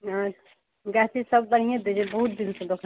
अच्छा गाछ सब बढ़िये दै छियै बहुत दिन सँ दोकान